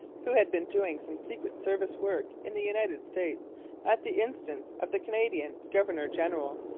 who had been doing some secret-service work in the united states at the instance of the canadian governor-general,